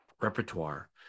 repertoire